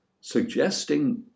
suggesting